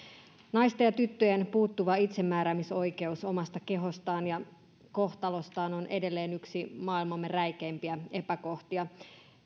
naisten ja tyttöjen puuttuva itsemääräämisoikeus omasta kehostaan ja kohtalostaan on edelleen yksi maailmamme räikeimpiä epäkohtia